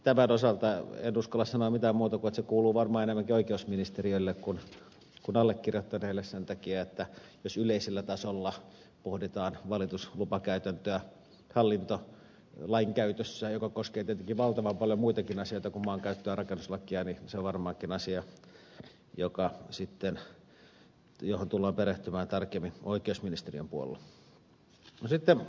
tämän osalta en uskalla sanoa mitään muuta kuin että se kuuluu varmaan enemmänkin oikeusministeriölle kuin allekirjoittaneelle sen takia että jos yleisellä tasolla pohditaan valituslupakäytäntöä hallintolainkäytössä joka koskee tietenkin valtavan paljon muitakin asioita kuin maankäyttö ja rakennuslakia niin se on varmaankin asia johon tullaan perehtymään tarkemmin oikeusministeriön puolella